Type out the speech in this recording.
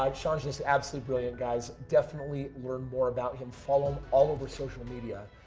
um sean, just absolutely brilliant, guys. definitely learn more about him. follow all over social media.